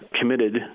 committed